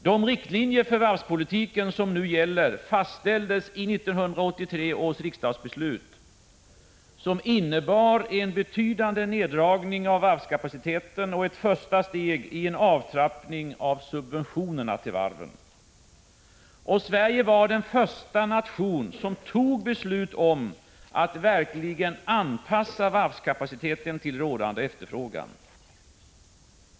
De riktlinjer för varvspolitiken som nu gäller fastställdes i 1983 års riksdagsbeslut, som innebar en betydande neddragning av varvskapaciteten och ett första steg i en avtrappning av subventionerna till varven. Sverige var den första nation som fattade beslut om att verkligen anpassa varvskapaciteten till rådande efterfrågan.